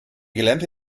gelernte